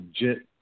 legit